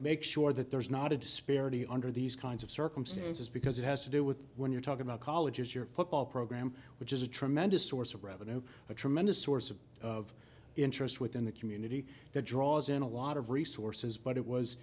make sure that there's not a disparity under these kinds of circumstances because it has to do with when you're talking about colleges your football program which is a tremendous source of revenue a tremendous source of of interest within the community that draws in a lot of resources but it was